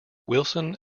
wilson